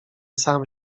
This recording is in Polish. sam